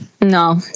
no